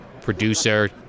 producer